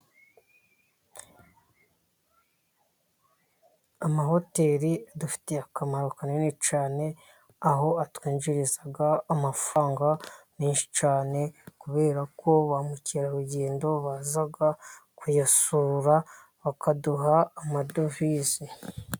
Amahoteri adufitiye akamaro kanini cyane aho atwinjiriza amafaranga menshi cyane kubera ko bamukerarugendo baza kuyasura bakaduha amadovize.